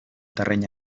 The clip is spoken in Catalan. terreny